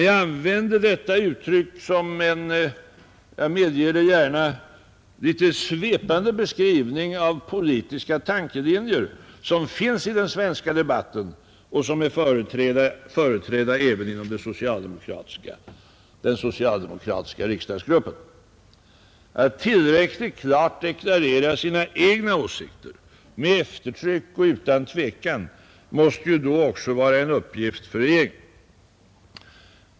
Jag använde detta uttryck som en — jag medger det gärna — litet svepande beskrivning av politiska tankelinjer som finns i den svenska debatten och som är företrädda även inom den socialdemokratiska riksdagsgruppen. Att tillräckligt klart deklarera sina egna åsikter, med eftertryck och utan tvekan, måste ju då också vara en uppgift för regeringen.